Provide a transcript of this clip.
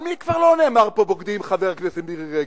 על מי כבר לא נאמר בוגדים, חברת הכנסת מירי רגב?